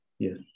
Yes